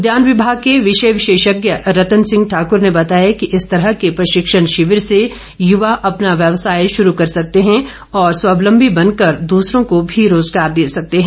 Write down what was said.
उद्यान विभाग के विषय विशेषज्ञ रतन सिंह ठाक्र ने बताया कि इस तरह के प्रशिक्षण शिविर से युवा अपना व्यवसाय शुरू कर सकते हैं और स्वाबलंबी बनकर दूसरों को भी रोजगार दे सकते हैं